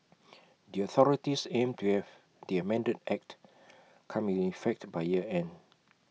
the authorities aim to have the amended act come in effect by year end